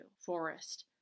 Forest